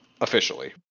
officially